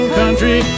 country